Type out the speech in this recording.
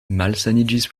malsaniĝis